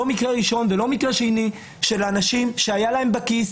לא מקרה ראשון ולא מקרה שני של אנשים שהיה להם בכיס,